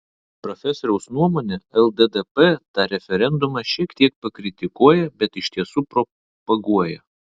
profesoriaus nuomone lddp tą referendumą šiek tiek pakritikuoja bet iš tiesų propaguoja